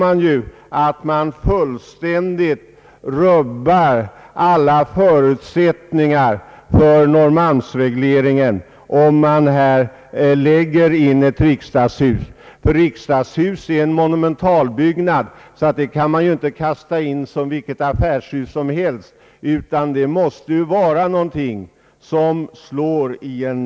Det är lätt att förstå att alla förutsättningar för Norrmalmsregleringen rubbas om man här lägger in ett riksdagshus. Ett riksdagshus är en monumentalbyggnad som inte kan »kastas in» som vilket affärshus som helst utan det måste få en framträdande plats i stadsbilden.